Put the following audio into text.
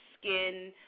skin